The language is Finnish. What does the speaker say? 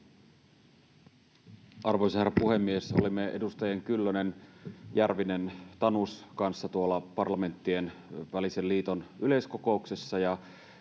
Arvoisa herra puhemies! Olimme edustajien Kyllönen, Järvinen ja Tanus kanssa Parlamenttienvälisen liiton yleiskokouksessa